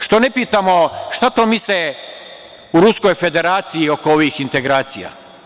Što ne pitamo šta to misle u Ruskoj Federaciji oko ovih integracija?